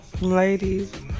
Ladies